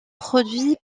produit